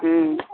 हूँ